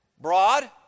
broad